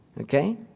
Okay